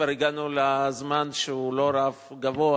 כבר הגענו לזמן שהוא לא רף גבוה,